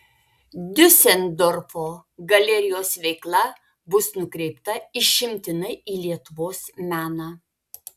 diuseldorfo galerijos veikla bus nukreipta išimtinai į lietuvos meną